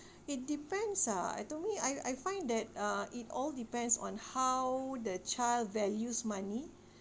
it depends ah I to me I I find that uh it all depends on how the child values money